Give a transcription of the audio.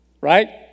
Right